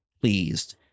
pleased